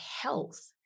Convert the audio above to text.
health